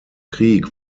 krieg